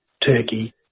Turkey